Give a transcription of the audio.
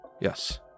Yes